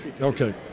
Okay